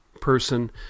person